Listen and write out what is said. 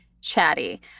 chatty